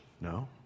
No